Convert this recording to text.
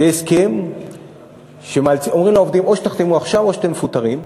זה הסכם שבו אומרים לעובדים או שתחתמו עכשיו או שאתם מפוטרים,